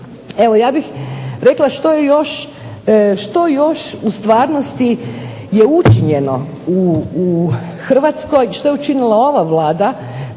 Evo ja bih rekla što još u stvarnosti je učinjeno u Hrvatskoj, što je učinila ova Vlada